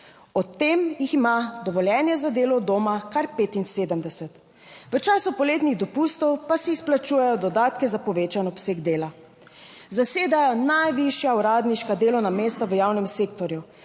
Ob tem jih ima dovoljenje za delo od doma kar 75, v času poletnih dopustov pa si izplačujejo dodatki za povečan obseg dela. Zasedajo najvišja uradniška delovna mesta v javnem sektorju,